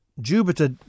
Jupiter